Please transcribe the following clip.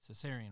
cesarean